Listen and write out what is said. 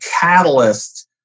catalyst